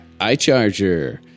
iCharger